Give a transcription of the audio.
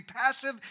passive